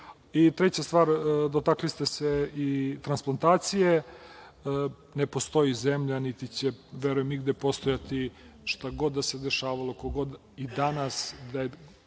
treća stvar dotakli ste se i transplantacije. Ne postoji zemlja, niti će, verujem igde postojati, šta god da se dešavalo, ko god i danas